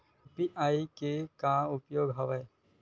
UPI के का उपयोग हवय?